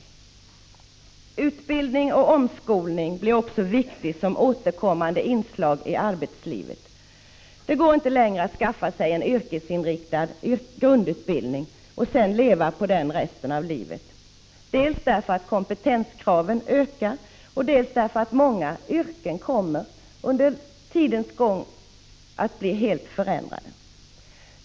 Det är också viktigt att utbildning och omskolning blir återkommande inslag i arbetslivet. Det går inte längre att skaffa sig en yrkesinriktad grundutbildning och sedan leva på den under resten av livet — dels därför att kompetenskraven ökar, dels därför att många yrken med tiden kommer att bli helt förändrade.